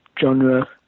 genre